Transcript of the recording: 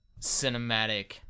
cinematic